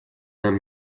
нам